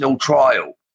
trial